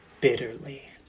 bitterly